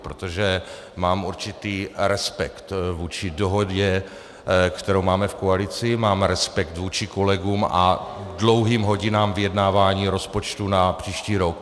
Protože mám určitý respekt vůči dohodě, kterou máme v koalici, mám respekt vůči kolegům a dlouhým hodinám vyjednávání o rozpočtu na příští rok.